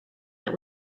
that